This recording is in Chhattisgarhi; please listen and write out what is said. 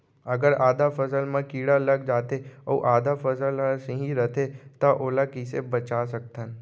अगर आधा फसल म कीड़ा लग जाथे अऊ आधा फसल ह सही रइथे त ओला कइसे बचा सकथन?